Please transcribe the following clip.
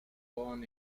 born